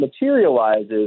materializes